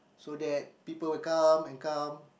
so that people will come and come